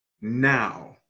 now